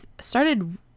started